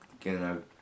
again